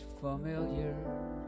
familiar